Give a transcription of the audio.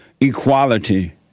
equality